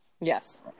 Yes